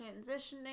transitioning